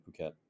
Phuket